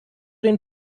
den